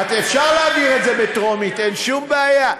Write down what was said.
אפשר להעביר את זה בטרומית, אין שום בעיה.